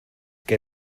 que